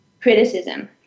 Criticism